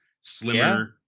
slimmer